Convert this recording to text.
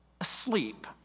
asleep